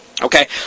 Okay